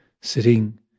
sitting